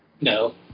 No